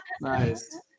Nice